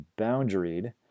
boundaried